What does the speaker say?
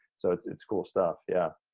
so it's it's cool stuff, yeah.